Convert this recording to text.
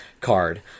card